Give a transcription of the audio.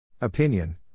Opinion